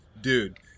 dude